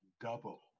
Double